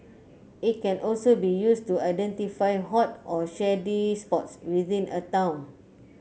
it can also be used to identify hot or shady spots within a town